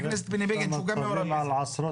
צווים על עשרות בתים.